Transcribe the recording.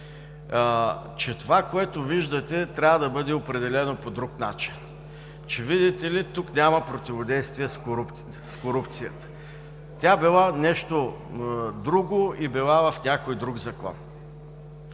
че това, което виждате, трябва да бъде определено по друг начин, че, видите ли, тук няма противодействие на корупцията, тя била нещо друго и била в някой друг закон.